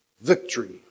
Victory